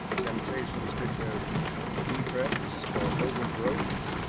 temptations which, as defects or over-growths,